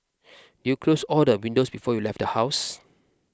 did you close all the windows before you left the house